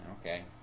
okay